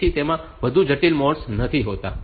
તેથી તેમાં વધુ જટિલ મોડ્સ નથી હોતા